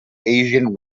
asian